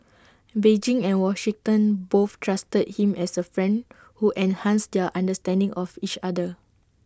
Beijing and Washington both trusted him as A friend who enhanced their understanding of each other